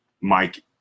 Mike